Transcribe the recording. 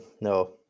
no